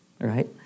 right